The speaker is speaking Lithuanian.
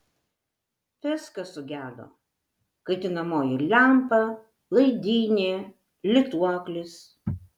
viskas sugedo kaitinamoji lempa laidynė lituoklis